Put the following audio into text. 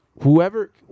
whoever